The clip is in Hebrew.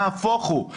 נהפוך הוא.